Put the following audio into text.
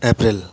April